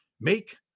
Make